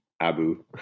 abu